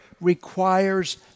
requires